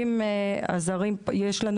יש לנו